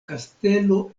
kastelo